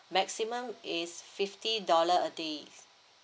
maximum is fifty dollars a day